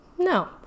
No